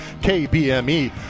KBME